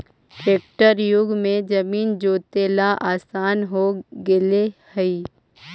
tractor युग में जमीन जोतेला आसान हो गेले हइ